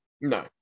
No